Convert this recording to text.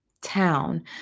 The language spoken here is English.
town